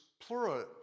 plural